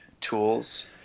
tools